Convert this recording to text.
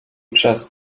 przez